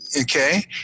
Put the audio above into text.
okay